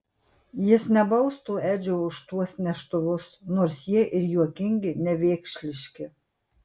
jis nebaustų edžio už tuos neštuvus nors jie ir juokingi nevėkšliški